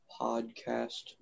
podcast